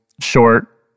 short